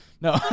No